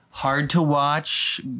hard-to-watch